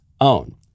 own